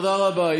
תודה רבה.